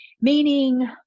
meaning